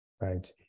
right